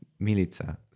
Milica